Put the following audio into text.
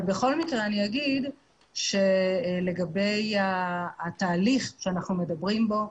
בכל מקרה אגיד שלגבי התהליך שאנחנו מדברים בו,